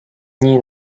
nii